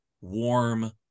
warm